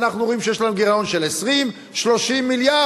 ואנחנו רואים שיש לנו גירעון של 20 30 מיליארד,